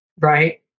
right